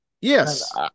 Yes